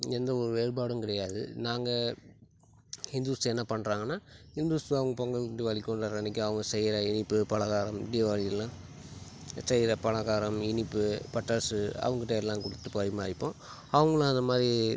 எந்த ஒரு வேறுபாடும் கிடையாது நாங்க ஹிந்துஸ் என்ன பண்ணுறாங்கன்னா ஹிந்துஸ் அவங்க பொங்கல் தீவாளி கொண்டாடுற அன்றைக்கி அவங்க செய்கிற இனிப்பு பலகாரம் தீவாளிக்கெலாம் செய்கிற பலகாரம் இனிப்பு பட்டாசு அவங்கிட்ட எல்லாம் கொடுத்து பரிமாறிப்போம் அவங்களும் அதை மாதிரி